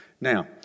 Now